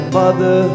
mother